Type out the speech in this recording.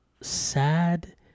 sad